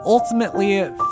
Ultimately